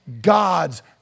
God's